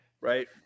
right